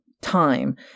time